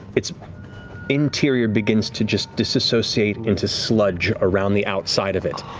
its interior begins to just disassociate into sludge around the outside of it.